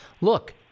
look